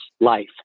life